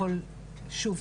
שוב,